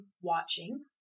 watching